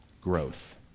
Growth